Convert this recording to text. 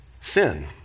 sin